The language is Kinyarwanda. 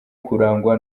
kurangwa